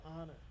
honor